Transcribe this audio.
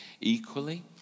equally